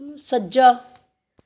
ਸੱਜਾ